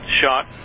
shot